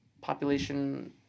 population